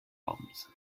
arms